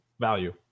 value